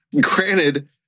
Granted